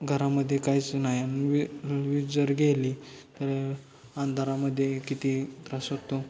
घरामध्ये काहीच नाही आणि वीज जर गेली तर अंधारामध्ये किती त्रास होतो